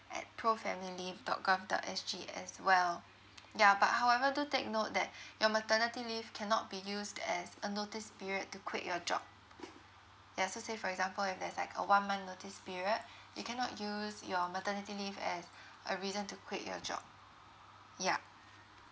at pro family leave dot gov dot S G as well ya but however do take note that your maternity leave cannot be used as a notice period to quit your job ya so say for example if there's like a one month notice period you cannot use your maternity leave as a reason to quit your job ya